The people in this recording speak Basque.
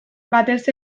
batez